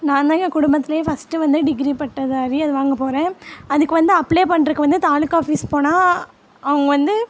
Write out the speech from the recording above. நான் தான் என் குடும்பத்துலே ஃபஸ்ட்டு வந்து டிகிரி பட்டதாரி அது வாங்கப்போகிறேன் அதுக்கு வந்து அப்ளே பண்ணுறக்கு வந்து தாலுக்கா ஆஃபீஸ் போனால் அவங்க வந்து